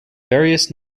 various